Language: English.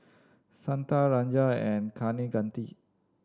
Santha Rajan and Kaneganti